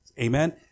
Amen